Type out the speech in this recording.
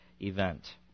event